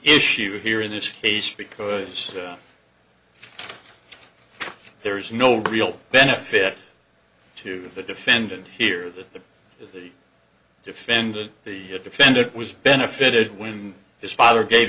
issue here in this case because there is no real benefit to the defendant here that the defendant the defendant was benefited when his father gave